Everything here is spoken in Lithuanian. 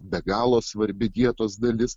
be galo svarbi dietos dalis